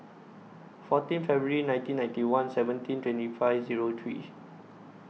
fourteen February nineteen ninety one seventeen twenty five Zero three